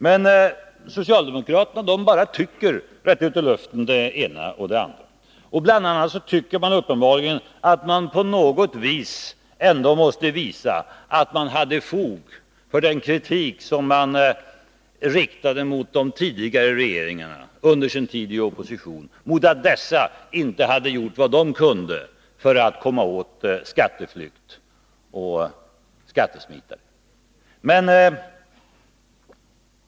Men socialdemokraterna bara tycker rätt ut i luften om det ena och det andra, och bl.a. tycker man uppenbarligen att man på något sätt ändå måste visa att man hade fog för den kritik som man, under sin tid i opposition, riktade mot de tidigare regeringarna för att dessa inte hade gjort vad de kunde för att komma åt skatteflykt och skattesmitare.